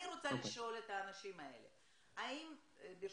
אני רוצה לשאול את האנשים האלה, ברשותך,